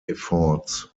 efforts